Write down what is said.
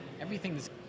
Everything's